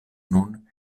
nun